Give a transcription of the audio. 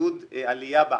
עידוד עלייה.